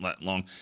long